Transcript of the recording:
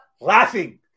laughing